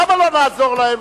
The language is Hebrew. למה לא נעזור להם,